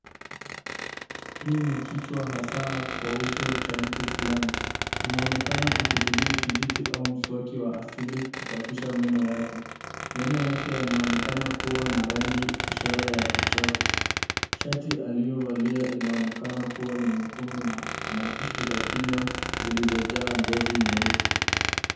Hii ni kichwa hasa kwa uso kwa mtu fulani. Anaonekana akitumia kijiti au mswaki wa asili kusafisha meno yake. Meno yake yanaonekana kuwa na rangi ishara ya uchafu. Shati aliyovalia inaonekana kuwa ni nyekundu na ana tishu za kinywa zilizojaa ngozi nyeusi.